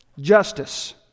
justice